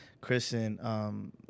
Kristen